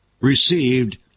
received